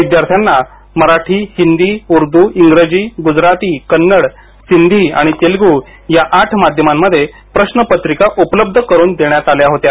विद्यार्थ्यांना मराठी हिंदी उर्दू इंग्रजी गुजराती कन्नड सिंधी आणि तेलगू या आठ माध्यमांमध्ये प्रश्नपत्रिका उपलब्ध करून देण्यात आल्या होत्या